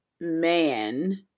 man-